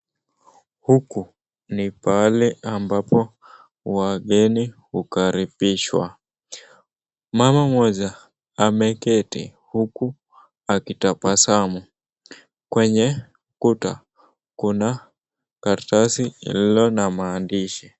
Hapa ni pahali ambapo wageni ukaribishwa. Mama mmoja ameketi uku akitabasamu. Kwenye kuta kuna karatasi lililona maandishi.